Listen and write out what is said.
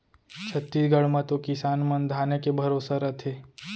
छत्तीसगढ़ म तो किसान मन धाने के भरोसा रथें